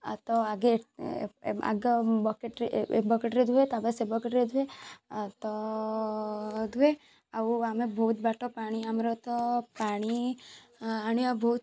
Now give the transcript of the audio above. ତ ଆଗେ ଆଗ ବକେଟ୍ରେ ଏ ବକେଟ୍ରେ ଧୁଏ ତା ପରେ ସେ ବକେଟ୍ରେ ଧୁଏ ତ ଧୁଏ ଆଉ ଆମେ ବହୁତ ବାଟ ପାଣି ଆମର ତ ପାଣି ଆଣିବା ବହୁତ